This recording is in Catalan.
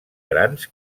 grans